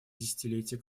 десятилетия